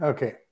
Okay